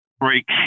break